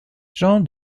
jean